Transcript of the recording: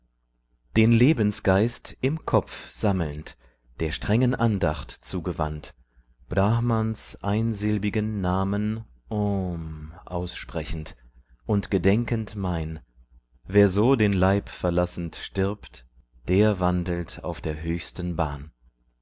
den lebensgeist im kopf sammelnd der strengen andacht zugewandt brahmans einsilbigen namen om aussprechend und gedenkend mein wer so den leib verlassend stirbt der wandelt auf der höchsten bahn